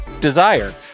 Desire